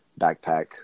backpack